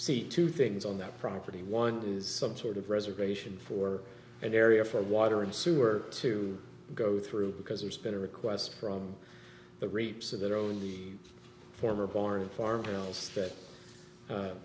see two things on that property one is some sort of reservation for an area for water and sewer to go through because there's been a request from the rapes of their own the former barn farmer else that